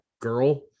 girl